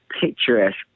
picturesque